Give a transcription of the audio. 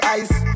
ice